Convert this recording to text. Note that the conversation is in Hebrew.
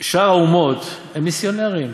שאר האומות הם מיסיונרים.